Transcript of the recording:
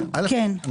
ללקוחות?